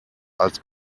als